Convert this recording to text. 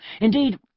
Indeed